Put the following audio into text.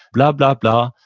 blah, blah, blah.